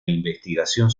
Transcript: investigación